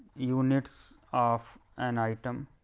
units of an item